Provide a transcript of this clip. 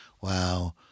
wow